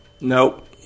Nope